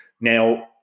Now